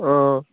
অঁ